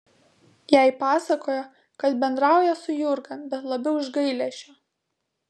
jai pasakojo kad bendrauja su jurga bet labiau iš gailesčio